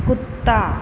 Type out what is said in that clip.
कुत्ता